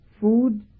food